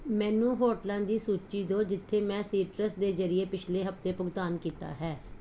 ਮੈਨੂੰ ਹੋਟਲਾਂ ਦੀ ਸੂਚੀ ਦਿਉ ਜਿੱਥੇ ਮੈਂ ਸੀਟਰਸ ਦੇ ਜ਼ਰੀਏ ਪਿਛਲੇ ਹਫਤੇ ਭੁਗਤਾਨ ਕੀਤਾ ਹੈ